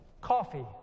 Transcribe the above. coffee